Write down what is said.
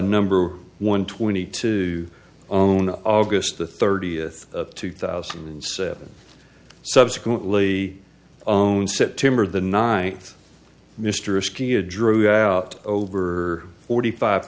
number one twenty two own august the thirtieth two thousand and seven subsequently own september the ninth mr askia drew out over forty five